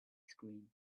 scream